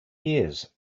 years